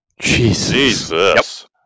jesus